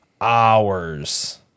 hours